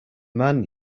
man